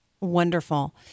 Wonderful